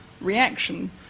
reaction